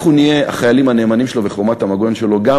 אנחנו נהיה החיילים הנאמנים שלו וחומת המגן שלו גם